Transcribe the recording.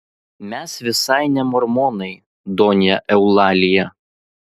mes visai ne mormonai donja eulalija